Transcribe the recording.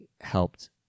helped